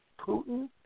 Putin